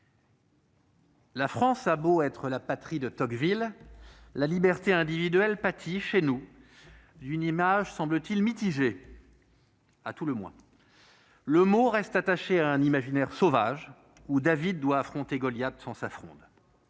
la France a beau être la patrie de Tocqueville, la liberté individuelle pâtit chez nous d'une image à tout le moins mitigée. Le mot reste attaché à un imaginaire sauvage, où David doit affronter Goliath sans sa fronde.